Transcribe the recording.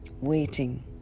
waiting